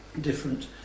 different